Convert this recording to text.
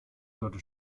sollte